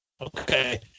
Okay